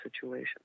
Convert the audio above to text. situation